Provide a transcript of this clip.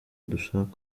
dushake